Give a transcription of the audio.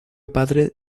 padre